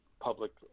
public